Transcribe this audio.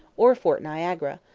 or fort niagara,